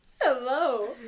Hello